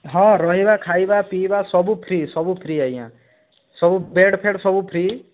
ହଁ ରହିବା ଖାଇବା ପିଇବା ସବୁ ଫ୍ରି ସବୁ ଫ୍ରି ଆଜ୍ଞା ସବୁ ବେଡ଼୍ ଫେଡ଼୍ ସବୁ ଫ୍ରି